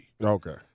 Okay